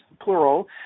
plural